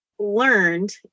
Learned